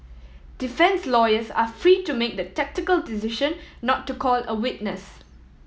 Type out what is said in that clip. defence lawyers are free to make the tactical decision not to call a witness